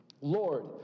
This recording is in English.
Lord